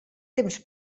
temps